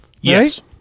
Yes